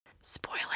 Spoiler